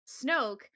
Snoke